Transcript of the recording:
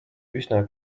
üsna